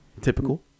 Typical